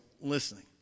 listening